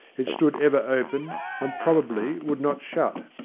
it stood ever open and probably would not shut.